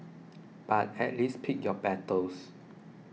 but at least pick your battles